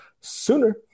Sooner